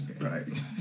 Right